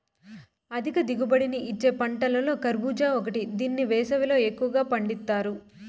అధిక దిగుబడిని ఇచ్చే పంటలలో కర్భూజ ఒకటి దీన్ని వేసవిలో ఎక్కువగా పండిత్తారు